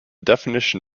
definition